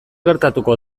gertatuko